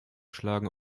schlagen